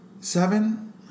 seven